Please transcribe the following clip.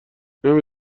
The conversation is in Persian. نمی